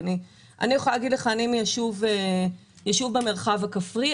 אני מיישוב במרחב הכפרי,